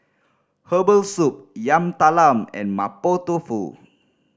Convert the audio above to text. herbal soup Yam Talam and Mapo Tofu